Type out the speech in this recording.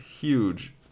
huge